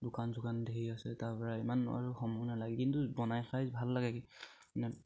দোকান চোকান ধেৰ আছে তাৰ পৰা ইমান আৰু সময় নালাগে কিন্তু বনাই খাই ভাল লাগে কি মানে